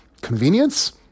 convenience